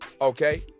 okay